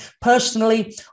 personally